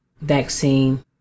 vaccine